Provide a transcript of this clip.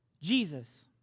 Jesus